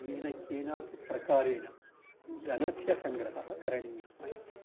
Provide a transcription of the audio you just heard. येन केनापि प्रकारेण धनस्य सङ्ग्रहः करणीयः इति